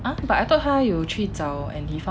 ah but I thought 他有去找 and he found some